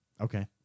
Okay